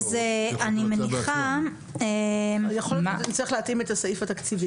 יכולה להיות שנצטרך להתאים את הסעיף התקציבי.